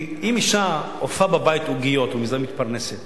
אם אשה אופה בבית עוגיות ומתפרנסת